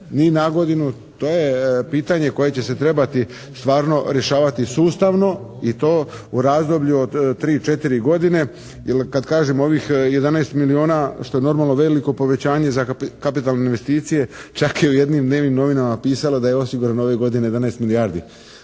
ni na godinu. To je pitanje koje će se trebati stvarno rješavati sustavno i to u razdoblju od 3, 4 godine. Jer kad kažemo ovih 11 milijuna što je normalno veliko povećanje za kapitalne investicije, čak je i u jednim dnevnim novinama pisalo da je osigurano 11 milijardi.